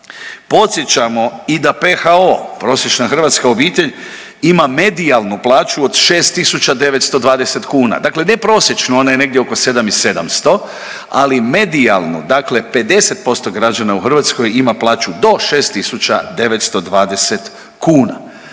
Podsjećamo i da PHO prosječna hrvatska obitelj ima medijalnu plaću od 6.920 kuna, dakle ne prosječnu ona je negdje oko 7.700, ali medijalnu dakle 50% građana u Hrvatskoj ima plaću do 6.920 kuna.